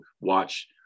watch